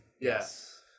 Yes